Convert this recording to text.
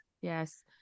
Yes